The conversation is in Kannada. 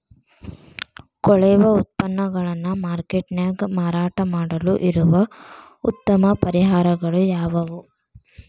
ಕೊಳೆವ ಉತ್ಪನ್ನಗಳನ್ನ ಮಾರ್ಕೇಟ್ ನ್ಯಾಗ ಮಾರಾಟ ಮಾಡಲು ಇರುವ ಉತ್ತಮ ಪರಿಹಾರಗಳು ಯಾವವು?